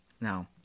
Now